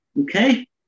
Okay